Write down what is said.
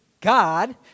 God